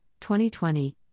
2020